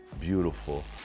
beautiful